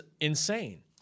insane